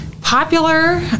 Popular